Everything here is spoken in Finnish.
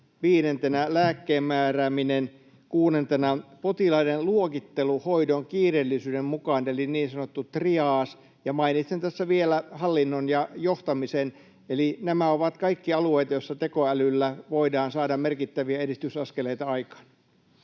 viidentenä oli lääkkeen määrääminen; kuudentena oli potilaiden luokittelu hoidon kiireellisyyden mukaan eli niin sanottu triage. Ja mainitsen tässä vielä hallinnon ja johtamisen. Eli nämä ovat kaikki alueita, joissa tekoälyllä voidaan saada merkittäviä edistysaskeleita aikaan.